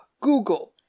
Google